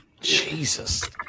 Jesus